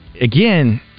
again